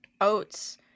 oats